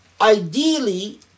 Ideally